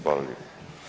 Hvala lijepo.